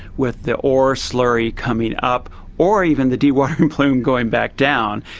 with the ore slurry coming up or even the dewatering plume going back down,